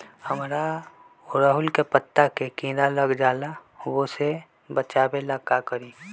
हमरा ओरहुल के पत्ता में किरा लग जाला वो से बचाबे ला का करी?